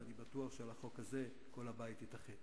ואני בטוח שסביב החוק הזה כל הבית יתאחד.